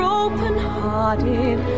open-hearted